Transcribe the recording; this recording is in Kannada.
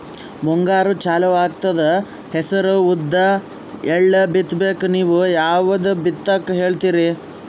ಮುಂಗಾರು ಚಾಲು ಆಗ್ತದ ಹೆಸರ, ಉದ್ದ, ಎಳ್ಳ ಬಿತ್ತ ಬೇಕು ನೀವು ಯಾವದ ಬಿತ್ತಕ್ ಹೇಳತ್ತೀರಿ?